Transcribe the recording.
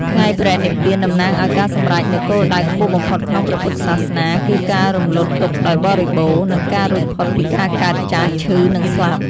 ថ្ងៃបរិនិព្វាន តំណាងឱ្យការសម្រេចនូវគោលដៅខ្ពស់បំផុតក្នុងព្រះពុទ្ធសាសនា គឺការរំលត់ទុក្ខដោយបរិបូណ៌ និងការរួចផុតពីការកើត ចាស់ ឈឺ និងស្លាប់។